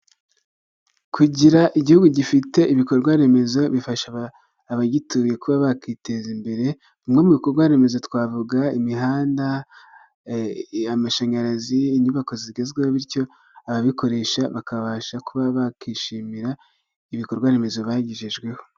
Utubati twiza dushyashya bari gusiga amarangi ukaba wadukoresha ubikamo ibintu yaba imyenda, ndetse n'imitako.